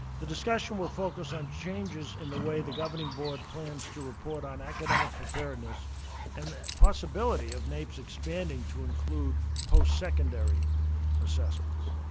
the discussion will focus on changes in the way the governing board plans to report on academic preparedness and the possibility of naep's expanding to include secondary assessments.